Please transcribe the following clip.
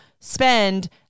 spend